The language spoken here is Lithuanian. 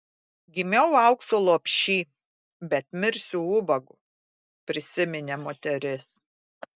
gimiau aukso lopšy bet mirsiu ubagu prisiminė moteris